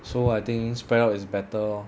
so I think spread out is better lor